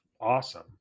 awesome